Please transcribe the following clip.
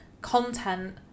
content